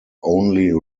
only